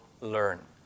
learn